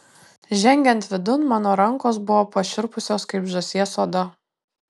žengiant vidun mano rankos buvo pašiurpusios kaip žąsies oda